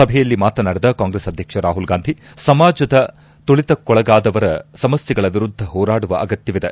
ಸಭೆಯಲ್ಲಿ ಮಾತನಾಡಿದ ಕಾಂಗ್ರೆಸ್ ಅಧ್ಯಕ್ಷ ರಾಹುಲ್ ಗಾಂಧಿ ಸಮಾಜದ ತುಳಿತಕ್ಕೊಳಗಾದ ಸಮಸ್ನೆಗಳ ವಿರುದ್ಧ ಹೋರಾಡುವ ಅಗತ್ತವಿದೆ